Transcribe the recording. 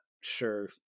sure